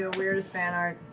ah weirdest fanart.